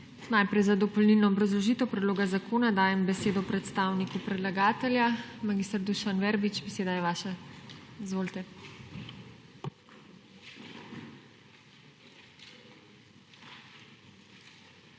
Najprej za dopolnilno obrazložitev predloga zakona dajem besedo predstavniku predlagatelja. Mag. Dušan Verbič, beseda je vaša, izvolite.